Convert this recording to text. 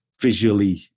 visually